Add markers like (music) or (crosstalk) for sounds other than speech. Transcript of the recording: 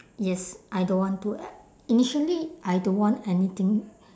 yes I don't want to (noise) initially I don't want anything